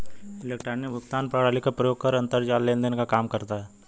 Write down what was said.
electronic भुगतान प्रणाली का प्रयोग कर अंतरजाल लेन देन काम करता है